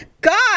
God